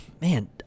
man